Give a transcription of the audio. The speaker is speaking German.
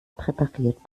präpariert